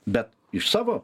bet iš savo